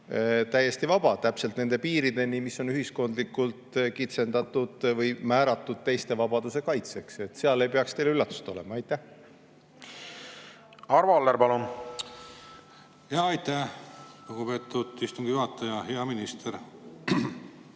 täiesti vaba täpselt nende piirideni, mis on ühiskondlikult kitsendatud või määratud teiste vabaduse kaitseks. See ei peaks teile üllatus olema. Arvo Aller, palun! Aitäh, lugupeetud istungi juhataja! Hea minister!